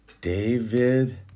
David